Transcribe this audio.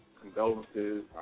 condolences